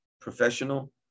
professional